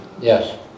Yes